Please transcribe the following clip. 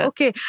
Okay